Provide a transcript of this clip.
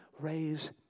raise